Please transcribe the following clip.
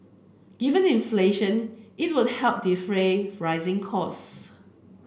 given inflation it will help defray rising costs